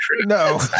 no